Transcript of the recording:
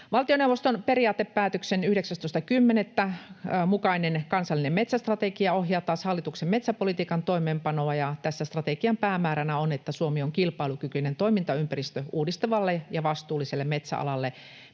Valtioneuvoston periaatepäätöksen 19.10. mukainen kansallinen metsästrategia ohjaa taas hallituksen metsäpolitiikan toimeenpanoa. Tässä strategian päämääränä on, että Suomi on kilpailukykyinen toimintaympäristö uudistavalle ja vastuulliselle metsäalalle,